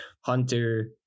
Hunter